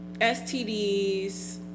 STDs